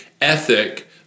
ethic